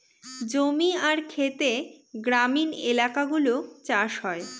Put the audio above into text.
জমি আর খেতে গ্রামীণ এলাকাগুলো চাষ হয়